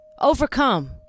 overcome